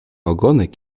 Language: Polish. ogonek